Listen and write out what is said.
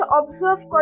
observe